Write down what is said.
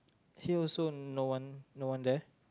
she also no one no one there